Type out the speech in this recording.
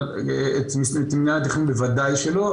אבל את מינהל התכנון בוודאי שלא.